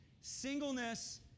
Singleness